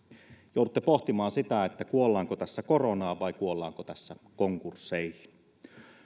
joudutte pohtimaan sitä kuollaanko tässä koronaan vai kuollaanko tässä konkursseihin